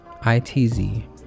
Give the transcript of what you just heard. I-T-Z